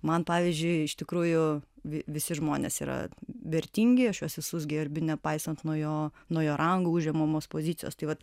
man pavyzdžiui iš tikrųjų vi visi žmonės yra vertingi aš juos visus gerbiu nepaisant nuo jo nuo jo rango užimamos pozicijos tai vat